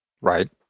right